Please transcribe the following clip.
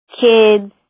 kids